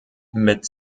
mit